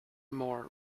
more